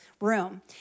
room